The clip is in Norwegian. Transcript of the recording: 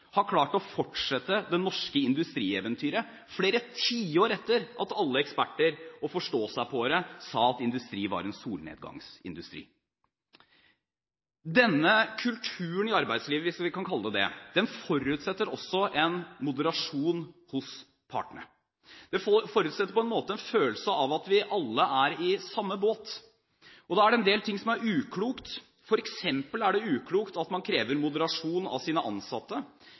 har man, takket være samarbeid mellom ledelse og ansatte, klart å fortsette det norske industrieventyret – flere tiår etter at alle eksperter og forståsegpåere sa at industri var en solnedgangsindustri. Denne kulturen i arbeidslivet, hvis vi kan kalle den det, forutsetter også en moderasjon hos partene. Det forutsetter på en måte en følelse av at vi alle er i samme båt, og da er det en del ting som er uklokt. For eksempel er det uklokt at man krever moderasjon av sine ansatte